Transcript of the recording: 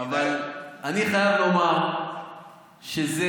אני חייב לומר שזה